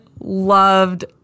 loved